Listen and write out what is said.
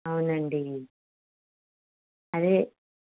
అవును అండి అదే